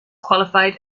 qualified